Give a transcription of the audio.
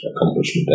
accomplishment